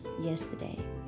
yesterday